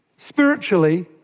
Spiritually